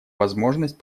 возможность